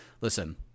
Listen